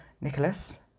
Nicholas